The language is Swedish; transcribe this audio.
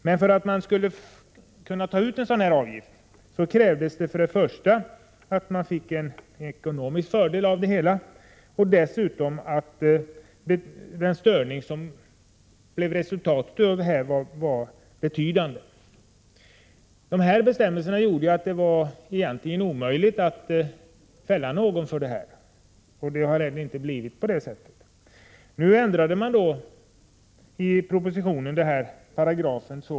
Men för att man skulle kunna ta ut en sådan här avgift krävdes det att företaget fick en ekonomisk fördel av det hela, och dessutom att den störning som blev resultatet var betydande. Dessa bestämmelser gjorde att det egentligen var omöjligt att fälla någon, och det har man inte heller gjort. Nu ändrar man i propositionen denna paragraf.